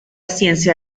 ciencia